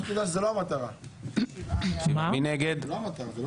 רק שתדע שזו לא המטרה, זה לא נכון.